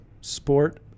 sport